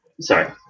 sorry